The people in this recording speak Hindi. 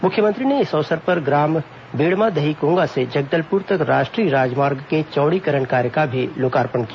मुख्यमंत्री ने इस अवसर पर ग्राम बेड़मा दहीकोंगा से जगदलपुर तक राष्ट्रीय राजमार्ग के चौड़ीकरण कार्य का भी लोकार्पण किया